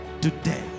today